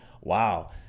Wow